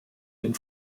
den